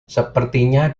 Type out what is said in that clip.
sepertinya